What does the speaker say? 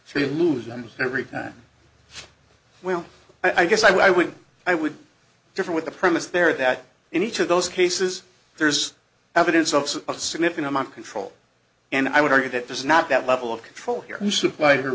so you lose money every time well i guess i would i would differ with the premise there that in each of those cases there's evidence of a significant amount of control and i would argue that there's not that level of control here who supplied her